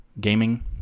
gaming